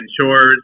chores